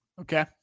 Okay